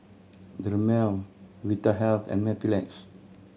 Dermale Vitahealth and Mepilex